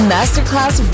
Masterclass